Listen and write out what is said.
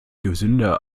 gesünder